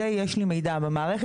זה יש לי מידע במערכת,